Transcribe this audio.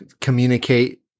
communicate